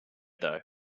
though